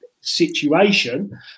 situation